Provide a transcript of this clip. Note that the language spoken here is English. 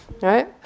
right